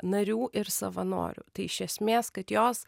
narių ir savanorių tai iš esmės kad jos